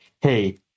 Hey